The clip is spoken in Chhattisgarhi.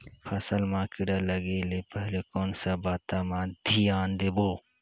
फसल मां किड़ा लगे ले पहले कोन सा बाता मां धियान देबो?